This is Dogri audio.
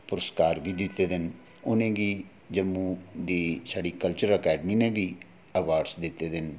पुरस्कार बी दित्ते दे न उ'नेंगी जम्मू दी साढ़ी कल्चरल अकैडमी नै बी अवार्ड दिते दे न